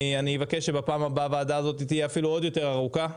אני אבקש שבפעם הבאה הוועדה הזאת תהיה אפילו יותר ארוכה.